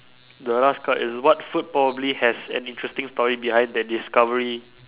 the last card is what food probably has an interesting story behind that discovery